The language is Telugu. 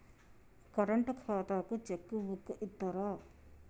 కరెంట్ ఖాతాకు చెక్ బుక్కు ఇత్తరా?